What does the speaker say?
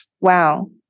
Wow